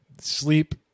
sleep